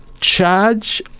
charge